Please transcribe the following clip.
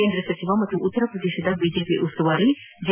ಕೇಂದ ಸಚಿವ ಹಾಗೂ ಉತ್ತರ ಪ್ರದೇಶದ ಬಿಜೆಪಿ ಉಸ್ತುವಾರಿ ಜೆ